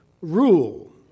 rule